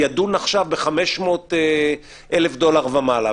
ידון עכשיו ב-500,000 דולר ויותר,